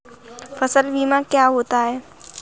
फसल बीमा क्या होता है?